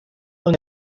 año